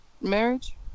marriage